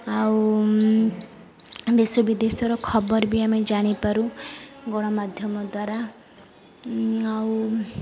ଆଉ ଦେଶ ବିଦେଶର ଖବର ବି ଆମେ ଜାଣିପାରୁ ଗଣମାଧ୍ୟମ ଦ୍ୱାରା ଆଉ